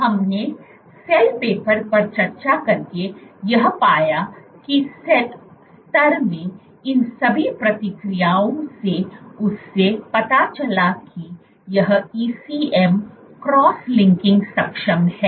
हमने cell paper पर चर्चा करके यह पाया कि सेल स्तर में इन सभी प्रतिक्रियाओं से उससे पता चला कि यह ECM क्रॉस लिंकिंग सक्षम है